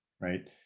right